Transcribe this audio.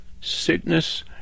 Sickness